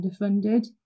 underfunded